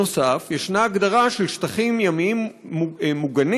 נוסף על כך יש הגדרה של שטחים ימיים מוגנים,